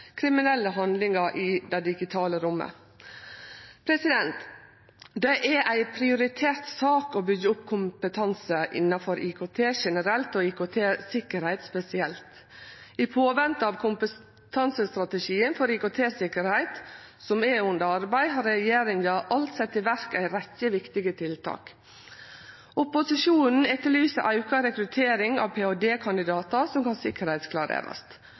kriminelle handlingar i det digitale rommet. Det er ei prioritert sak å byggje opp kompetanse innanfor IKT generelt og IKT-sikkerheit spesielt. I påvente av kompetansestrategien for IKT-sikkerheit, som er under arbeid, har regjeringa alt sett i verk ei rekkje viktige tiltak. Opposisjonen etterlyser auka rekruttering av ph.d.-kandidatar som kan sikkerheitsklarerast.